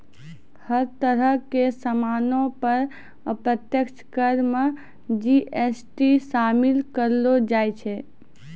हर तरह के सामानो पर अप्रत्यक्ष कर मे जी.एस.टी शामिल करलो जाय छै